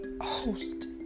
host